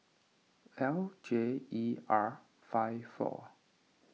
L J E R five four